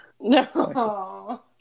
No